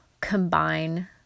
combine